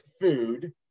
food